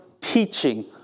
teaching